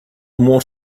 more